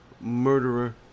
murderer